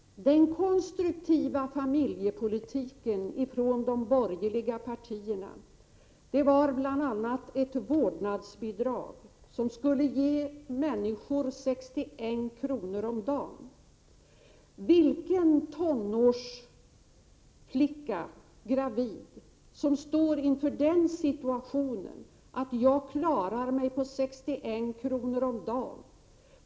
De borgerliga partiernas konstruktiva familjepolitik bestod bl.a. av ett vårdnadsbidrag som skulle ge människor 61 kr. om dagen. Vilken gravid tonårsflicka står i den situationen att hon klarar sig på 61 kr. om dagen?